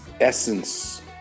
essence